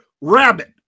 Rabbit